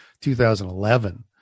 2011